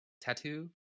tattoo